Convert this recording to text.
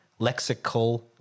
lexical